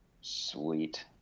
sweet